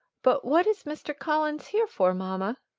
but what is mr. collins here for, mamma?